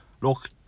look